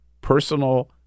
personal